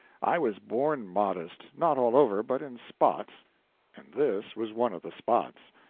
i was born modest not all over, but in spots and this was one of the spots.